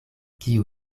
kiu